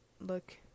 look